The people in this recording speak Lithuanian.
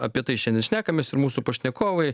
apie tai šiandien šnekamės ir mūsų pašnekovai